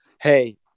hey